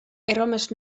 erromes